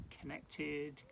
connected